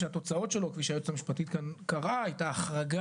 שהתוצאות שלו כפי שהיועצת המשפטית כאן קראה - הייתה החרגה